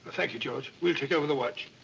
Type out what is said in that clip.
thank you, george. we'll take over the watch.